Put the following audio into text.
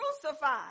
crucified